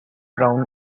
brown